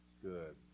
good